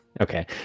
Okay